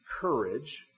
courage